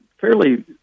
fairly